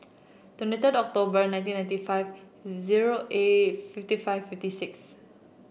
twenty third October nineteen ninety five zero eight fifty five fifty six